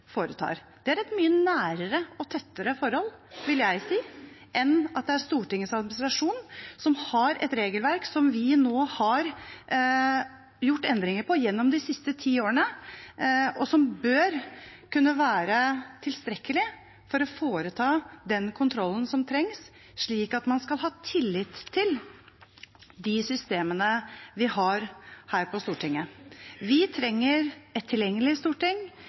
Det er et mye nærere og tettere forhold, vil jeg si, enn at det er Stortingets administrasjon, som har et regelverk som vi har gjort endringer i gjennom de siste ti årene, og som bør kunne være tilstrekkelig for å foreta den kontrollen som trengs, slik at man skal ha tillit til de systemene vi har her på Stortinget. Vi trenger et tilgjengelig storting,